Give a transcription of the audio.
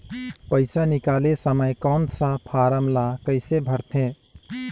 पइसा निकाले समय कौन सा फारम ला कइसे भरते?